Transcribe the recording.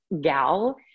gal